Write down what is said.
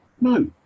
No